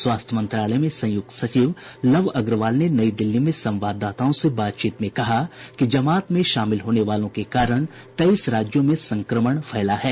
स्वास्थ्य मंत्रालय में संयुक्त सचिव लव अग्रवाल ने नई दिल्ली में संवाददाताओं से बातचीत में कहा कि जमात में शामिल होने वालों के कारण तेईस राज्यों में संक्रमण फैला है